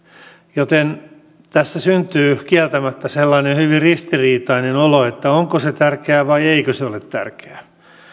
joten tästä syntyy kieltämättä sellainen hyvin ristiriitainen olo että onko se tärkeää vai eikö se ole tärkeää